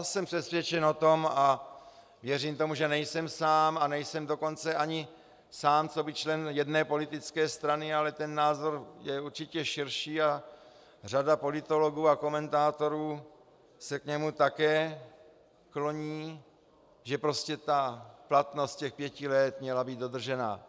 Jsem přesvědčen o tom a věřím tomu, že nejsem sám, a nejsem dokonce ani sám coby člen jedné politické strany, ale ten názor je určitě širší a řada politologů a komentátorů se k němu také kloní, že platnost pěti let měla být dodržena.